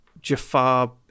Jafar